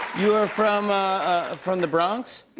you are from ah from the bronx?